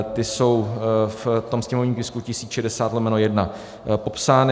Ty jsou v tom sněmovním tisku 1060/1 popsány.